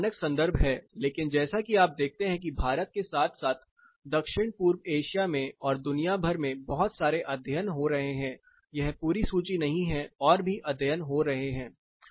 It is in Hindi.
यह मानक संदर्भ है लेकिन जैसा कि आप देखते हैं कि भारत के साथ साथ दक्षिण पूर्व एशिया में और दुनिया भर में बहुत सारे अध्ययन हो रहे हैं यह पूरी सूची नहीं है और भी अध्ययन हो रहे हैं